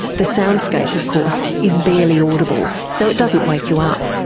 the soundscape of course is barely audible, so it doesn't wake you up.